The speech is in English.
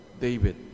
David